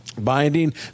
Binding